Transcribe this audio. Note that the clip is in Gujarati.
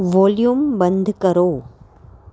વોલ્યુમ બંધ કરો